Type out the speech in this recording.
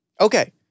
Okay